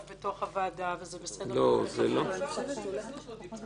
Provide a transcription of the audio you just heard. בתוך הוועדה וזה בסדר -- חצי דיון עבר ונשים בזנות לא דיברו.